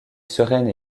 sereine